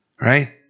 right